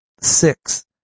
six